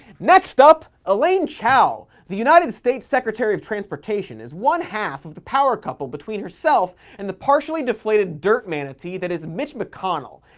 next up, elaine chao! the united states secretary of transportation is one half of the power couple between herself and the partially-deflated dirt-manatee that is mitch mcconnell,